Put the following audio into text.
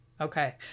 Okay